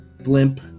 blimp